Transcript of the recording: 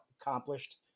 accomplished